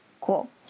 Cool